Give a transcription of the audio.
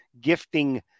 gifting